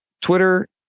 Twitter